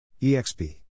EXP